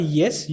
yes